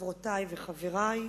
חברותי וחברי,